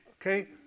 Okay